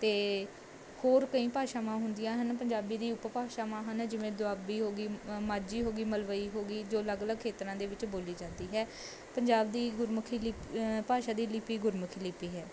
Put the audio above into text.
ਅਤੇ ਹੋਰ ਕਈ ਭਾਸ਼ਾਵਾਂ ਹੁੰਦੀਆਂ ਹਨ ਪੰਜਾਬੀ ਦੀ ਉਪਭਾਸ਼ਾਵਾਂ ਹਨ ਜਿਵੇਂ ਦੁਆਬੀ ਹੋ ਗਈ ਮਾਝੀ ਹੋ ਗਈ ਮਲਵਈ ਹੋ ਗਈ ਜੋ ਅਲੱਗ ਅਲੱਗ ਖੇਤਰਾਂ ਦੇ ਵਿੱਚ ਬੋਲੀ ਜਾਂਦੀ ਹੈ ਪੰਜਾਬ ਦੀ ਗੁਰਮੁਖੀ ਲਿਪ ਭਾਸ਼ਾ ਦੀ ਲਿਪੀ ਗੁਰਮੁਖੀ ਲਿਪੀ ਹੈ